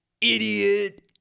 Idiot